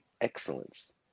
Excellence